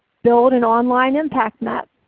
build an online impact map,